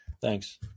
Thanks